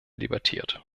debattiert